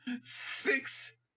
six